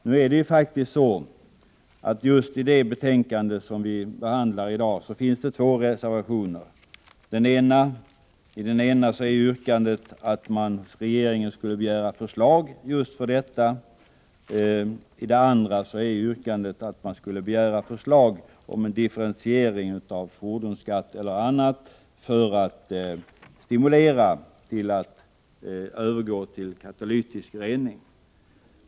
Nu är det faktiskt så, att det i just det betänkande som vi behandlar i dag finns två reservationer: i den ena yrkas att riksdagen hos regeringen skall begära förslag om just detta, medan det i den andra yrkas att man skall begära förslag om en differentiering av fordonsskatten eller annat för att stimulera till övergång till katalytisk rening.